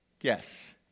Yes